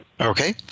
Okay